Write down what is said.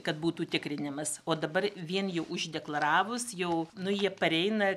kad būtų tikrinimas o dabar vien jau uždeklaravus jau nu jie pareina